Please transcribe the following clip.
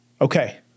Okay